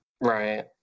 right